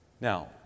Now